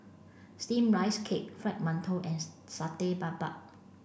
steamed rice cake fried mantou and Satay Babat